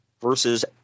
versus